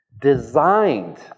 designed